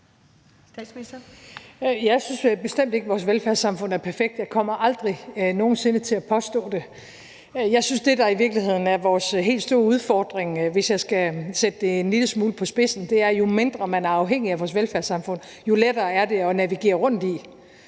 Jeg synes bestemt ikke, at vores velfærdssamfund er perfekt. Jeg kommer aldrig nogen sinde til at påstå det. Jeg synes, at det, der i virkeligheden er vores helt store udfordring, hvis jeg skal sætte det en lille smule på spidsen, er, at jo mindre man er afhængig af vores velfærdssamfund, jo lettere er det at navigere rundt i,